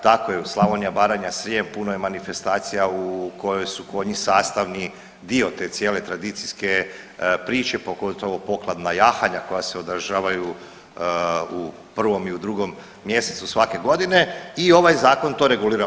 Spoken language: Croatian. Tako je Slavonija, Baranja, Srijem puno je manifestacija u kojoj su konji sastavni dio cijele te tradicijske priče pogotovo pokladna jahanja koja se održavaju u prvom i u drugom mjesecu svake godine i ovaj zakon to regulira.